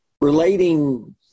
Relating